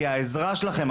כי העזרה שלכם,